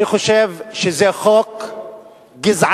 אני חושב שזה חוק גזעני,